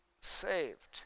saved